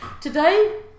Today